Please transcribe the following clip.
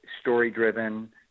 story-driven